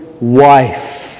wife